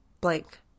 blank